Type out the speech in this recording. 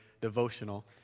devotional